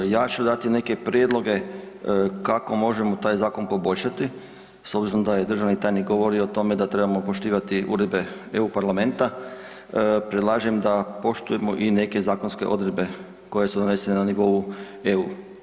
Ja ću dati neke prijedloge kako možemo taj zakon poboljšati s obzirom da je državni tajnik govorio o tome da trebamo poštivati uredbe EU Parlamenta predlažem da poštujemo i neke zakonske odredbe koje su donesene na nivou EU.